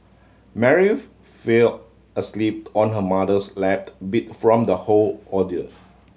Mary fell asleep on her mother's lap beat from the whole ordeal